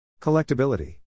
collectability